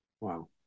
wow